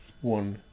one